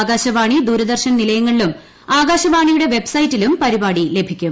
ആകാശവാണി ദൂരദർശൻ നിലയങ്ങളിലും ആകാശവാണിയുടെ വെബ്സൈറ്റിലും പരിപാടി ലഭിക്കും